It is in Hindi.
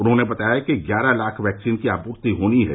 उन्होंने बताया कि ग्यारह लाख वैक्सीन की आपूर्ति होनी है